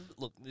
Look